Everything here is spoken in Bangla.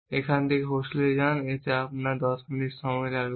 এখান থেকে হোস্টেলে যান এতে আপনার 10 মিনিট সময় লাগবে